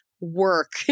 work